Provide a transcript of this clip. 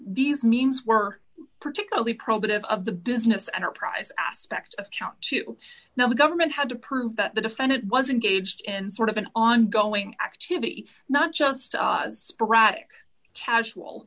these means were particularly probative of the business enterprise aspect of count two now the government had to prove that the defendant was engaged in sort of an ongoing activity not just a sporadic casual